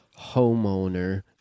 homeowner